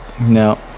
No